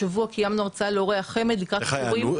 השבוע קיימנו הרצאה להורי החמ"ד לקראת פורים.